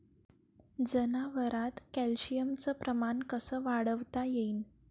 जनावरात कॅल्शियमचं प्रमान कस वाढवता येईन?